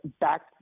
back